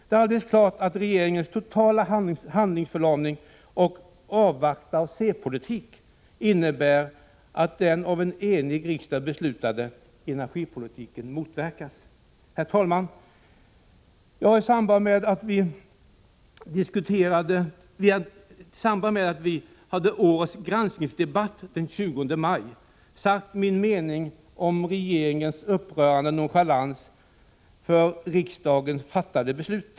Det är alldeles klart att regeringens totala handlingsförlamning och avvakta-och-se-politik innebär att den av en enig riksdag beslutade energipolitiken motverkas. Herr talman! Jag har i årets granskningsdebatt den 20 maj sagt min mening om regeringens upprörande nonchalans mot av riksdagen fattade beslut.